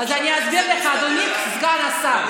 אז אני אסביר לך, אדוני סגן השר.